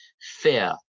Fear